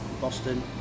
boston